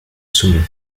saumon